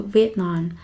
Vietnam